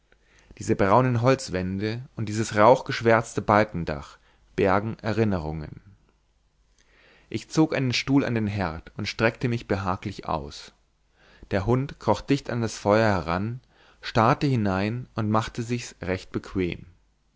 diese braunen holzwände und dieses rauchgeschwärzte balkendach bergen erinnerungen ich zog einen stuhl an den herd und streckte mich behaglich aus der hund kroch dicht an das feuer heran starrte hinein und machte sich's recht bequem